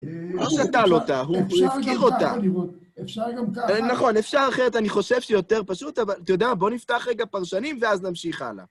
הוא קטל אותה, הוא הפקיר אותה. אפשר גם ככה לראות, אפשר גם ככה. נכון, אפשר אחרת, אני חושב שיותר פשוט, אבל אתה יודע, בוא נפתח רגע פרשנים, ואז נמשיך הלאה.